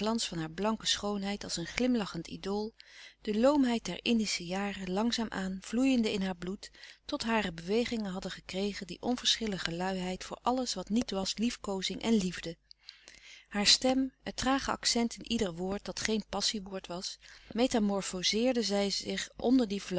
blanke schoonheid als een glimlachend idool de loomheid der indische jaren laamzaam aan vloeiende in haar bloed tot hare bewegingen hadden gekregen die onverschillige luiheid voor alles wat niet was liefkoozing en liefde haar stem het trage accent in ieder woord dat geen passie woord was metamorfozeerde zij zich onder die